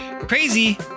crazy